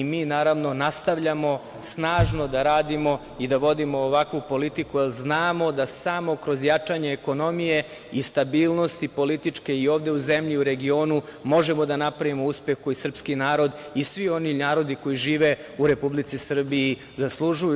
Mi naravno, nastavljamo snažno da radimo i da vodimo ovakvu politiku, jer znamo da samo kroz jačanje ekonomije i stabilnosti, političke i ovde u zemlji i u regionu možemo da napravimo uspeh koji srpski narod i svi oni narodi koji žive u Republici Srbiji zaslužuju.